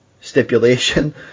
stipulation